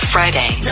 Friday